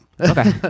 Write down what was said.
Okay